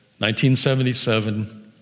1977